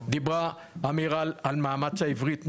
דיברה אמירה על מאמץ העברית.